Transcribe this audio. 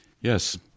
Yes